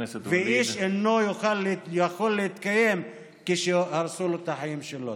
ואיש אינו יכול להתקיים כשהרסו לו את החיים שלו.